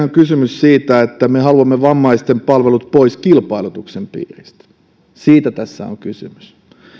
on kysymys siitä että me haluamme vammaisten palvelut pois kilpailutuksen piiristä siitä tässä on kysymys